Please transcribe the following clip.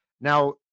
Now